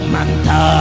Manta